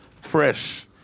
Fresh